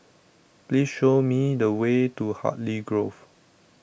Please Show Me The Way to Hartley Grove